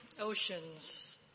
oceans